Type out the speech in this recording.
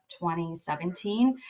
2017